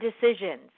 decisions